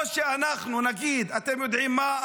או שאנחנו נגיד: אתם יודעים מה,